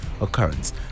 occurrence